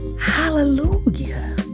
hallelujah